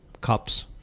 cup's